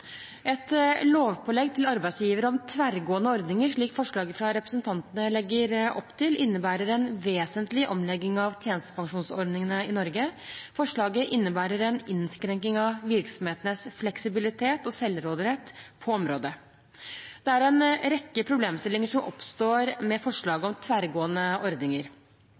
Et lovpålegg til arbeidsgivere om tverrgående ordninger, slik forslaget fra representantene legger opp til, innebærer en vesentlig omlegging av tjenestepensjonsordningene i Norge. Forslaget innebærer en innskrenking av virksomhetenes fleksibilitet og selvråderett på området. Det er en rekke problemstillinger som oppstår med forslaget om tverrgående ordninger.